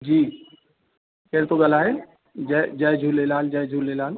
जी केर थो ॻाल्हाए जय जय झूलेलाल जय झूलेलाल